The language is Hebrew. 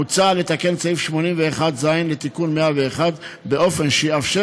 מוצע לתקן את סעיף 81(ז) לתיקון 101 באופן שיאפשר